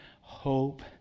hope